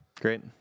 Great